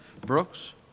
Brooks